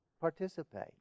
Participate